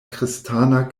kristana